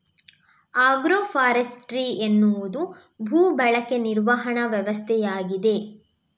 agro forestry ಎನ್ನುವುದು ಭೂ ಬಳಕೆ ನಿರ್ವಹಣಾ ವ್ಯವಸ್ಥೆಯಾಗಿದೆ